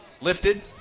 Lifted